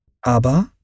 Aber